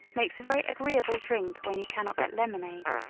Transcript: makes a very agreeable drink when you cannot get lemonade.